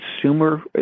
consumer